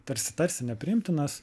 tarsi tarsi nepriimtinas